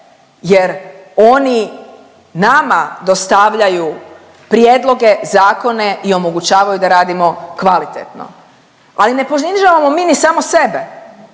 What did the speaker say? jer oni nama dostavljaju prijedloge, zakone i omogućavaju da radimo kvalitetno. Ali ne ponižavamo mi ni samu sebe,